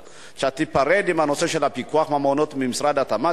שתיפרד מהנושא של הפיקוח על המעונות במשרד התמ"ת,